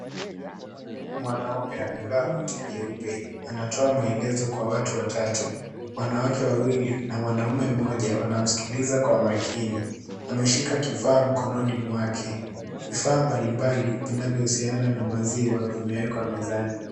Mwanaume amevaa koti jeupe anatoa maelezo kwa watu watatu wanawake wawili na mwanaume mmoja wanamsikiliza kwa makini. Ameshika kifa mkononi mwake vifaa mbali mbali vinvyohusiana na maziwa vimewekwa mezani.